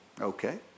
Okay